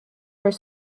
were